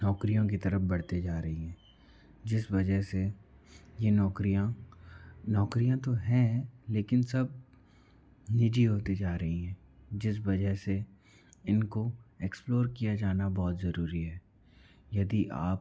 नौकरियों की तरफ बढ़ते जा रही हैं जिस वजह से यह नौकरियाँ नौकरियाँ तो हैं लेकिन सब निजी होती जा रही हैं जिस वजह से इनको एक्सप्लोर किया जाना बहुत ज़रूरी है यदि आप